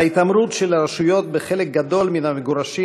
ההתעמרות של הרשויות בחלק גדול מן המגורשים